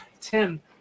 Tim